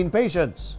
patients